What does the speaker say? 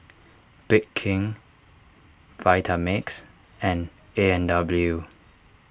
Bake King Vitamix and A and W